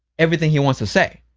everything he wants to say.